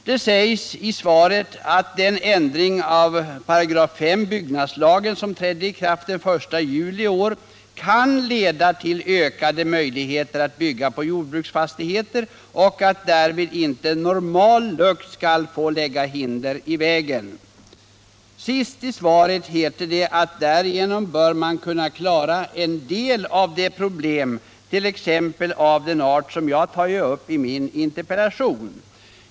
Det sägs i svaret att den ändring av 5 § byggnadslagen, som trädde i kraft den 1 juli i år, kan leda till ökade möjligheter att bygga på jordbruksfastigheter och att därvid inte normal lukt skall få lägga hinder i vägen. Sist i svaret heter det att därigenom bör man klara en del av de problem, t.ex. av den art som jag tagit upp i min interpellation.